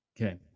Okay